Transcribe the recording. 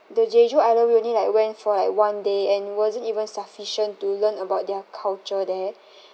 the jeju island we only like went for like one day and it wasn't even sufficient to learn about their culture there